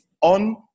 on